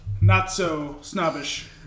not-so-snobbish